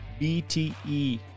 BTE